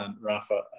Rafa